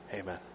Amen